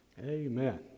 Amen